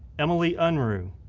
emmeleigh unruh,